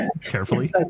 carefully